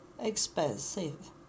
expensive